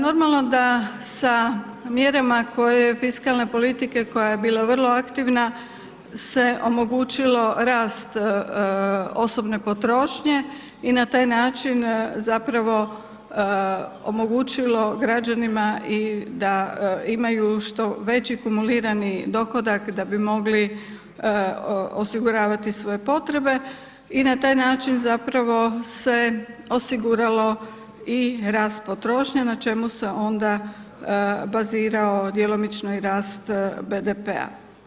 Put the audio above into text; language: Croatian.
Normalno da sa mjerama koje fiskalna politika i koja je bila vrlo aktivna se omogućilo rast osobne potrošnje i na taj način zapravo omogućilo građanima i da imaju što veći kumulirani dohodak da bi mogli osiguravati svoje potrebe i na taj način zapravo se osiguralo i rast potrošnje na čemu se onda bazirao djelomično i rast BDP-a.